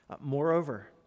Moreover